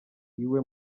iwe